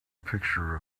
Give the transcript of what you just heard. picture